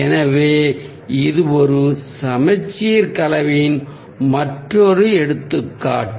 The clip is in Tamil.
எனவே இது ஒரு சமச்சீர் கலவையின் மற்றொரு எடுத்துக்காட்டு